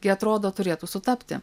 jie atrodo turėtų sutapti